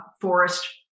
forest